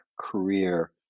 career